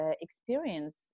experience